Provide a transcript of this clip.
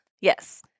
Yes